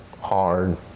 hard